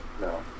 no